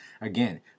again